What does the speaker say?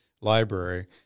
library